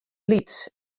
lyts